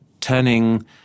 turning